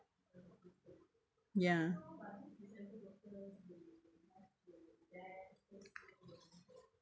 ya